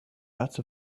out